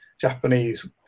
Japanese